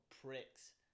pricks